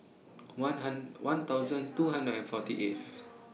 one one thousand two hundred and forty eighth